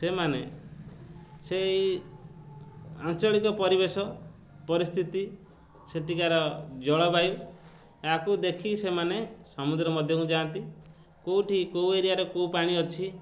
ସେମାନେ ସେଇ ଆଞ୍ଚଳିକ ପରିବେଶ ପରିସ୍ଥିତି ସେଠିକାର ଜଳବାୟୁକୁ ଦେଖି ସେମାନେ ସମୁଦ୍ର ମଧ୍ୟ ଯାଆନ୍ତି କେଉଁଠି କେଉଁ ଏରିଆରେ କେଉଁ ପାଣି ଅଛି